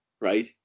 right